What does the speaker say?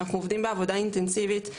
אנחנו עובדים עבודה אינטנסיבית,